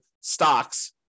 stocks